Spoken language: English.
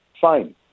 fine